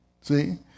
See